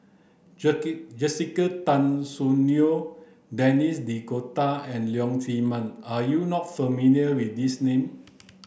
Jessica Tan Soon Neo Denis D'Cotta and Leong Chee Mun are you not familiar with these name